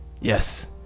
Yes